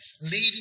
leading